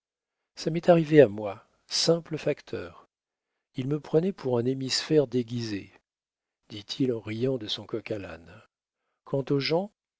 ça m'est arrivé à moi simple facteur il me prenait pour un hémisphère déguisé dit-il en riant de son coq-à-l'âne quant aux gens